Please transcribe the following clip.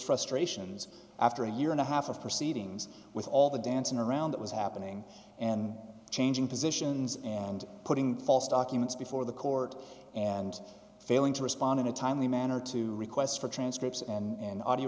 frustrations after a year and a half of proceedings with all the dancing around it was happening and changing positions and putting false documents before the court and failing to respond in a timely manner to requests for transcripts and a